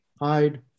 hide